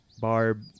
Barb